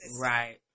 right